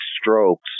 strokes